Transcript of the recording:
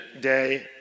day